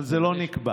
אבל זה לא נקבע.